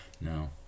No